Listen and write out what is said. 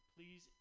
Please